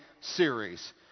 series